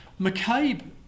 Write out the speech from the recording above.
McCabe